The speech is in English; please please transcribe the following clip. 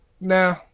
nah